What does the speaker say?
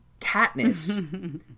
Katniss